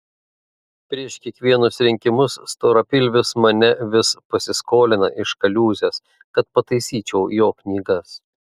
prieš kiekvienus rinkimus storapilvis mane vis pasiskolina iš kaliūzės kad pataisyčiau jo knygas